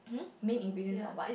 main ingredients or what